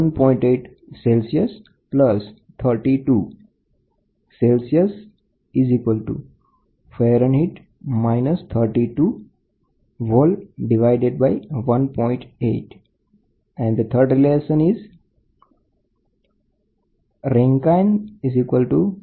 તાપમાન માપવા માટેના વિવિધ સ્કેલ નીચે મુજબ વિભાજિત કરી શકાય છે જેમકે રિલેટિવ સ્કેલફેરનહીટ અને સેલ્સિયસ અને એબ્સોલ્યુટ સ્કેલરેન્કાઇન અને કેલ્વીન